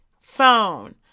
phone